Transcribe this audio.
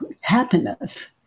happiness